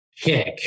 kick